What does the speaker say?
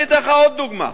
אני אתן לך עוד דוגמה,